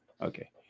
Okay